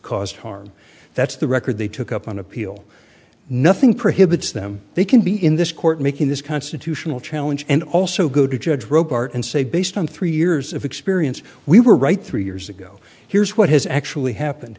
caused harm that's the record they took up on appeal now nothing prohibits them they can be in this court making this constitutional challenge and also go to judge roe part and say based on three years of experience we were right three years ago here's what has actually happened